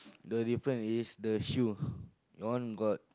the difference is the shoe one got